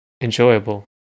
enjoyable